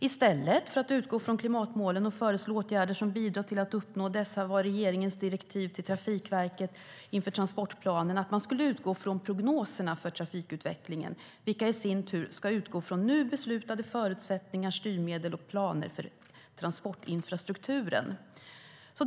I stället för att utgå från klimatmålen och föreslå åtgärder som bidrar till att uppnå dessa var regeringens direktiv till Trafikverket inför transportplanen att man skulle utgå från prognoserna för trafikutvecklingen, vilka i sin tur ska utgå från redan beslutade förutsättningar, styrmedel och planer för transportinfrastrukturen.